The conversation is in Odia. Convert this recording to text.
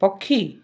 ପକ୍ଷୀ